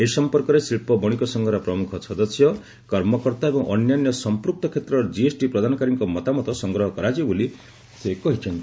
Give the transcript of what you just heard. ଏ ସମ୍ପର୍କରେ ଶିଳ୍ପ ବଣିକ ସଂଘର ପ୍ରମୁଖ ସଦସ୍ୟ କର୍ମକର୍ତ୍ତା ଏବଂ ଅନ୍ୟାନ୍ୟ ସମ୍ପକ୍ତ କ୍ଷେତ୍ରର କିଏସ୍ଟି ପ୍ରଦାନକାରୀଙ୍କ ମତାମତ ସଂଗ୍ରହ କରାଯିବ ବୋଲି ସେ କହିଛନ୍ତି